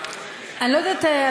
אני לא יודעת,